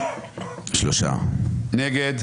8 נגד,